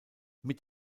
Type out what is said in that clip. mit